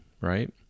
right